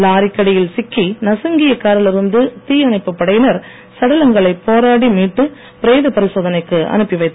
லாரிக்கடியில் சிக்சி நசுங்கிய காரில் இருந்து தீ அணைப்புப் படையினர் சடலங்களை போராடி மீட்டு பிரேத பரிசோதனைக்கு அனுப்பிவைத்தனர்